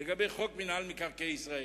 לגבי חוק מינהל מקרקעי ישראל,